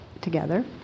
together